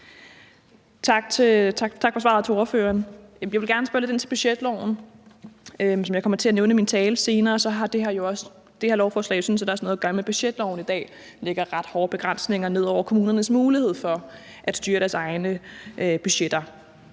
for svaret. Jeg vil gerne spørge lidt ind til budgetloven. Som jeg kommer til at nævne i min tale senere, har det her lovforslag jo sådan set også noget at gøre med budgetloven i dag, som lægger ret hårde begrænsninger ned over kommunernes mulighed for at styre deres egne budgetter,